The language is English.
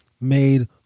made